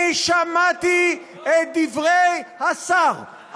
אני שמעתי את דברי השר,